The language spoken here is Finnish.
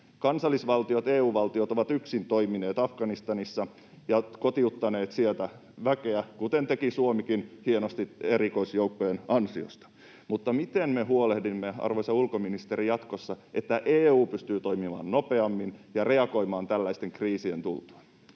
Kansallisvaltiot, EU-valtiot, ovat yksin toimineet Afganistanissa ja kotiuttaneet sieltä väkeä, kuten teki Suomikin hienosti erikoisjoukkojen ansiosta. Mutta miten me huolehdimme, arvoisa ulkoministeri, jatkossa, että EU pystyy toimimaan nopeammin ja reagoimaan tällaisten kriisien tultua?